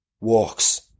walks